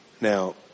Now